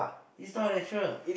is not natural